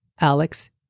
Alex